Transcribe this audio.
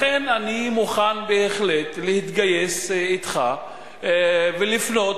לכן אני מוכן בהחלט להתגייס אתך ולפנות,